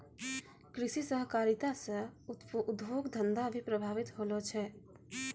कृषि सहकारिता से उद्योग धंधा भी प्रभावित होलो छै